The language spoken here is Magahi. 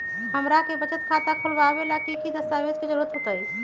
हमरा के बचत खाता खोलबाबे ला की की दस्तावेज के जरूरत होतई?